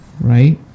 Right